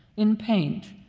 in paint,